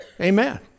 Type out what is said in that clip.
Amen